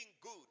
good